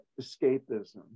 escapism